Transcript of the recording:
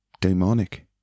demonic